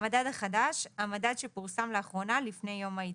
"המדד החדש" - המדד שפורסם לאחרונה לפני יום העדכון.